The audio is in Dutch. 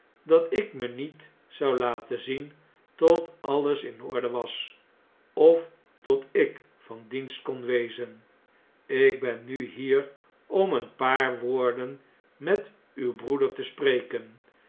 dat ik me niet zou laten zien tot alles in orde was of tot ik van dienst kon wezen ik ben nu hier om een paar woorden met uw broeder te spreken